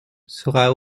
sera